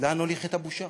לאן נוליך את הבושה?